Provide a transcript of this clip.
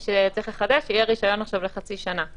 שצריך לחדש יהיה רישיון עכשיו לחצי שנה.